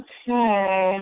Okay